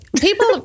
people